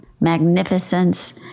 magnificence